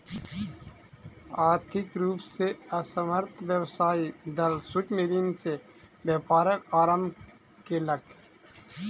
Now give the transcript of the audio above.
आर्थिक रूप से असमर्थ व्यवसायी दल सूक्ष्म ऋण से व्यापारक आरम्भ केलक